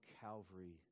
Calvary